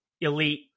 elite